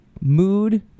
mood